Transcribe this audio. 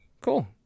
cool